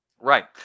right